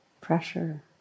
pressure